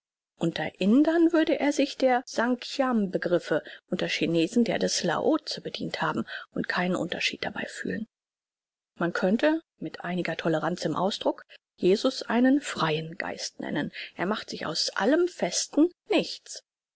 unter indern würde er sich der snkhyam begriffe unter chinesen der des laotse bedient haben und keinen unterschied dabei fühlen man könnte mit einiger toleranz im ausdruck jesus einen freien geist nennen er macht sich aus allem festen nichts